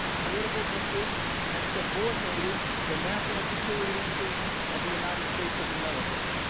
political interest and subordinated the national security interest of the united states of america.